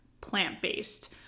plant-based